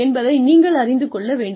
என்பதை நீங்கள் அறிந்து கொள்ள வேண்டும்